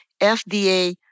FDA